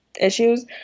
issues